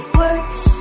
worse